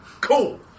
Cool